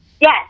Yes